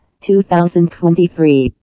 2023